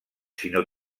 sinó